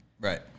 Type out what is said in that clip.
Right